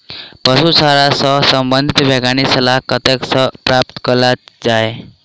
पशु चारा सऽ संबंधित वैज्ञानिक सलाह कतह सऽ प्राप्त कैल जाय?